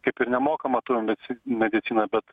kaip ir nemokamą turim medci mediciną bet